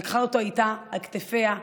היא לקחה אותו איתה על כתפיה,